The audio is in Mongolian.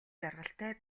жаргалтай